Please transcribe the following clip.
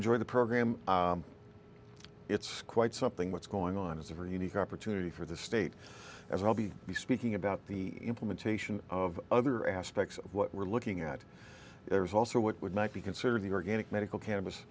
enjoyed the program it's quite something what's going on is a very unique opportunity for the state as i'll be speaking about the implementation of other aspects of what we're looking at there's also what would not be considered the organic medical ca